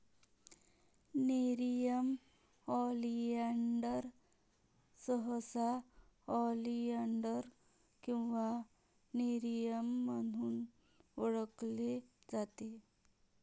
nerium oleander सहसा oleander किंवा nerium म्हणून ओळखले जाते